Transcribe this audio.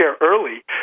early